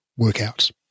workouts